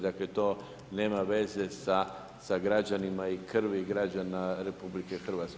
Dakle, to nema veze sa građanima i krvi građana RH.